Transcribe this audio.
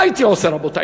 מה הייתי עושה, רבותי?